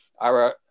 Ira